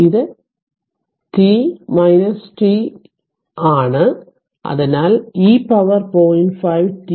അതിനാൽ ഇത് t t ആണ് അതിനാൽ e പവർ 0